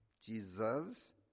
Jesus